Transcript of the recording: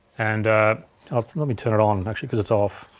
and let me turn it on actually cause it's off.